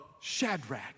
Shadrach